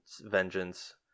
Vengeance